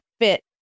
fit